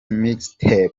mixtape